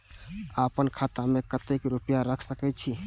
आपन खाता में केते रूपया रख सके छी?